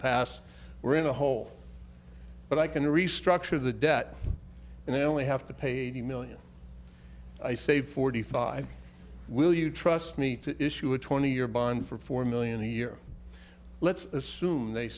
past we're in a hole but i can restructure the debt and i only have to pay eighty million i save forty five will you trust me to issue a twenty year bond for four million a year let's assume they